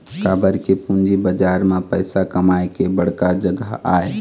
काबर के पूंजी बजार ह पइसा कमाए के बड़का जघा आय